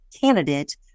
candidate